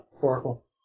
Oracle